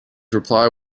reply